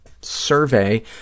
survey